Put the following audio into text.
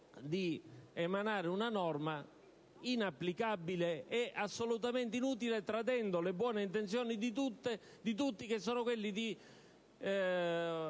di emanare una norma inapplicabile e assolutamente inutile, tradendo così le buone intenzioni di tutti, che consistono